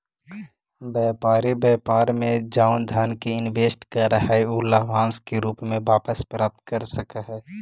व्यापारी व्यापार में जउन धन के इनवेस्ट करऽ हई उ लाभांश के रूप में वापस प्राप्त कर सकऽ हई